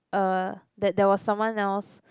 uh that there was someone else